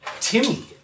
Timmy